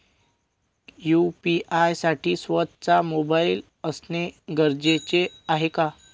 UPI साठी स्वत:चा mobile असणे गरजेचे आहे का?